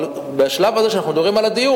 אבל בשלב הזה שאנחנו מדברים על הדיור,